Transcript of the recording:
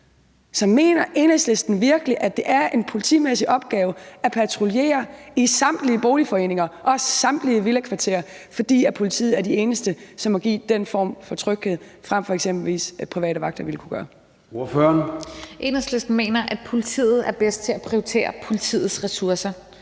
Så mener Enhedslisten virkelig, at det er en politimæssig opgave at patruljere i samtlige boligforeninger og samtlige villakvarterer, fordi politiet er de eneste, som må give den form for tryghed, frem for at eksempelvis private vagter ville kunne gøre det? Kl. 13:30 Formanden (Søren Gade): Ordføreren.